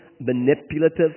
manipulative